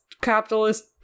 capitalist